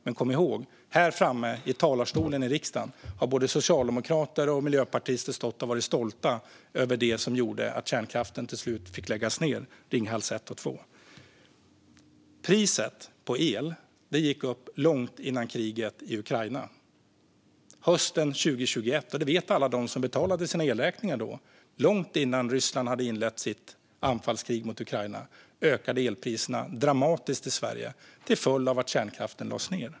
Men kom ihåg: Här i riksdagens talarstol har både socialdemokrater och miljöpartister stått och varit stolta över det som gjorde att kärnkraften, Ringhals 1 och 2, till slut fick läggas ned. Priset på el gick upp långt innan kriget i Ukraina startade. Hösten 2021, långt innan Ryssland hade inlett sitt anfallskrig mot Ukraina, ökade elpriserna dramatiskt i Sverige - det vet alla som då betalade sina elräkningar - till följd av att kärnkraften lades ned.